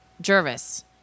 Jervis